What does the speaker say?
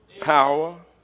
power